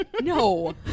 No